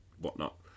whatnot